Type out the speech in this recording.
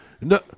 no